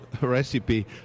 recipe